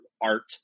art